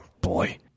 boy